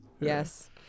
yes